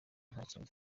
ntakintu